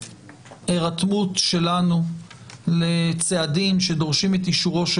הירתמות שלנו לצעדים שדורשים את אישורו של